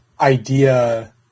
idea